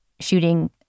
shooting